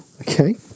Okay